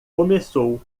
começou